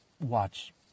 watch